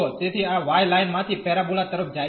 તેથી આ y line માંથી પેરાબોલા તરફ જાય છે